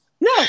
no